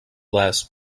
less